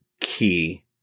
key